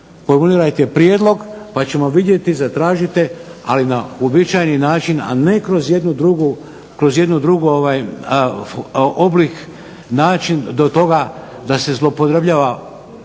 Formulirajte prijedlog pa ćemo vidjeti, zatražite na uobičajeni način, a ne kroz jedno drugo oblik, način do toga da se zloupotrebljava